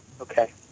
Okay